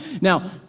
Now